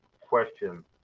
question